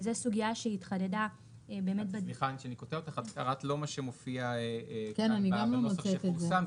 את קראת לא את מה שמופיע כאן בנוסח שפורסם,